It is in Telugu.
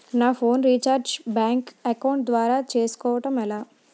నా ఫోన్ రీఛార్జ్ బ్యాంక్ అకౌంట్ ద్వారా చేసుకోవటం ఎలా?